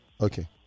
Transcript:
Okay